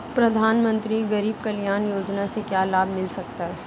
प्रधानमंत्री गरीब कल्याण योजना से क्या लाभ मिल सकता है?